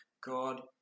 God